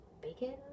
bacon